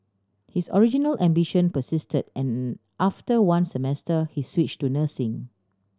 his original ambition persisted and after one semester he switch to nursing